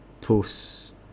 post